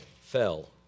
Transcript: fell